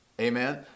Amen